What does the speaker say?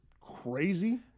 crazy